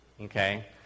Okay